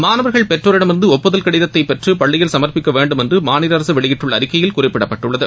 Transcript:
மாணவர்கள் பெற்றோரிடமிருந்து ஒப்புதல் கடிதத்தை பெற்று பள்ளியில் சமர்பிக்க வேண்டும் என்று மாநில அரசு வெளியிட்டுள்ள அறிக்கையில் குறிப்பிடப்பட்டுள்ளது